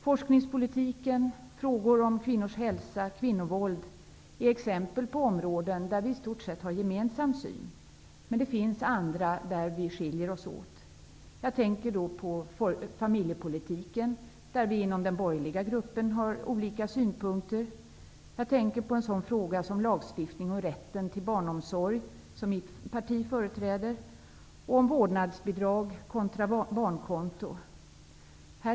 Forskningspolitiken, frågor om kvinnors hälsa, kvinnovåld är exempel på områden där vi har i stort sett gemensam syn, men det finns andra områden där vi skiljer oss åt. Jag tänker på familjepolitiken, som är en fråga där vi har olika åsikter i den borgerliga gruppen. Jag tänker på lagstiftning om rätten till barnomsorg, som mitt parti företräder, och om vårdnadsbidrag kontra barnkonto.